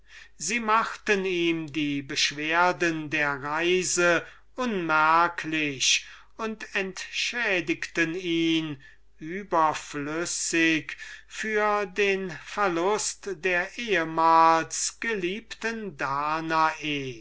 sie machten ihm die beschwerden der reise unmerklich und entschädigten ihn überflüssig für den verlust der ehemals geliebten danae